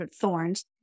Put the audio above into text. thorns